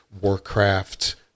Warcraft